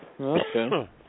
Okay